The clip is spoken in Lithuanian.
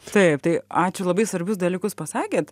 taip tai ačiū labai svarbius dalykus pasakėt